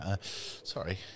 Sorry